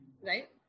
Right